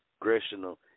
Congressional